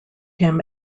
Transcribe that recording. him